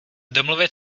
domluvit